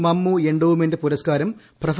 Mammu endowment പുരസ്കാരം prof